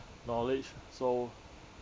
knowledge so